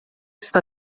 está